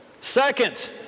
Second